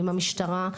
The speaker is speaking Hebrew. עם המשטרה.